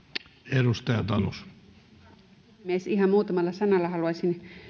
arvoisa puhemies ihan muutamalla sanalla haluaisin